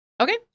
Okay